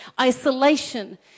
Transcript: isolation